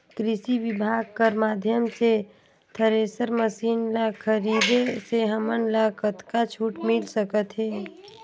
कृषि विभाग कर माध्यम से थरेसर मशीन ला खरीदे से हमन ला कतका छूट मिल सकत हे?